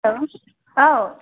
hello औ